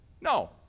No